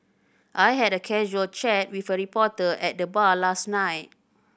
I had a casual chat with a reporter at the bar last night